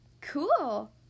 cool